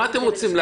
על מה אתם מגנים?